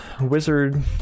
wizard